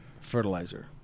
fertilizer